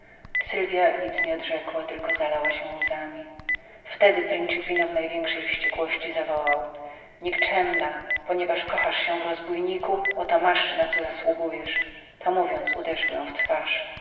sylwia nic nie odrzekła tylko zalała się łzami wtedy principino w największej wściekłości zawołał nikczemna ponieważ kochasz się w rozbójniku oto masz na co zasługujesz to mówiąc uderzył ją w twarz